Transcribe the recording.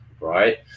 Right